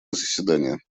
заседания